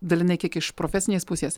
dalinai kiek iš profesinės pusės